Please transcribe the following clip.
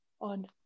on